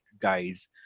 guys